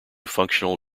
functional